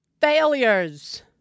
Failures